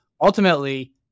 ultimately